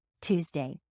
Tuesday